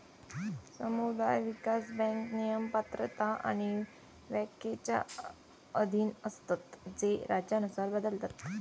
समुदाय विकास बँक नियम, पात्रता आणि व्याख्येच्या अधीन असतत जे राज्यानुसार बदलतत